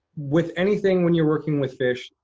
with anything when you're working with fish,